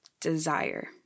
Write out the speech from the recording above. desire